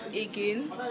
again